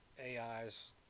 AIs